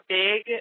big